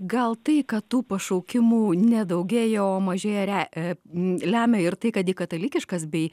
gal tai kad tų pašaukimų nedaugėja o mažėja re e lemia ir tai kad katalikiškas bei